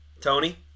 Tony